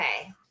okay